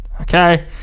Okay